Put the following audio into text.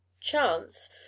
Chance